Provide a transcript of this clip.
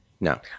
No